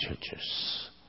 churches